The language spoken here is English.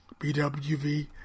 BWV